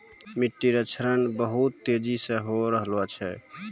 मिट्टी रो क्षरण बहुत तेजी से होय रहलो छै